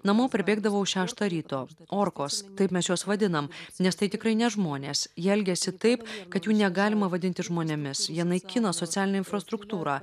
namo parbėgdavau šeštą ryto orkos taip mes juos vadinam nes tai tikrai ne žmonės jie elgiasi taip kad jų negalima vadinti žmonėmis jie naikina socialinę infrastruktūrą